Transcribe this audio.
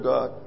God